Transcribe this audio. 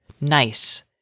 nice